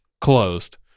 closed